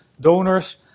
donors